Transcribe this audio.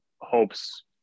hopes